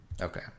okay